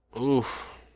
Oof